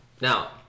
now